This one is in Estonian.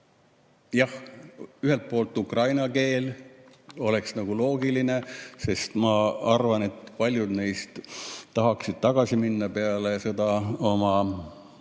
Jah, ühelt poolt ukraina keel oleks nagu loogiline, sest ma arvan, et paljud neist tahaksid tagasi minna peale sõda oma